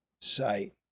sight